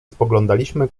spoglądaliśmy